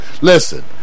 Listen